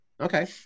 Okay